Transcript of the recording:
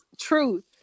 truth